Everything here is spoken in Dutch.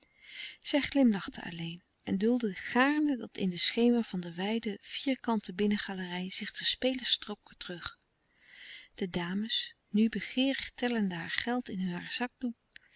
zij glimlachte alleen en duldde gaarne dat in den schemer van de wijde vierkante binnengalerij zich de spelers trokken terug de dames nu begeerig tellende haar geld in haar zakdoek